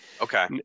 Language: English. Okay